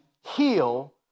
heal